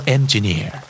Engineer